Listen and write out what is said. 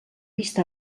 vist